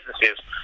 businesses